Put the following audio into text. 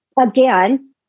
Again